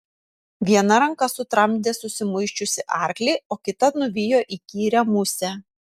viena ranka sutramdė susimuisčiusį arklį o kita nuvijo įkyrią musę